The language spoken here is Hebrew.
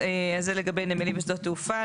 אז זה לגבי נמלים ושדות תעופה.